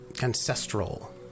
ancestral